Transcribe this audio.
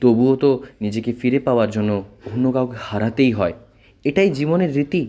তবুও তো নিজেকে ফিরে পাওয়ার জন্য অন্য কাউকে হারাতেই হয় এটাই জীবনের রীতি